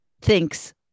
thinks